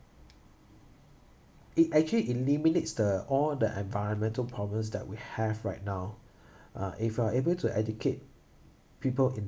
it actually eliminates the all the environmental problems that we have right now uh if you are able to educate people in